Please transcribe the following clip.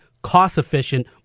cost-efficient